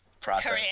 process